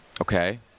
Okay